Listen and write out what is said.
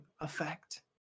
effect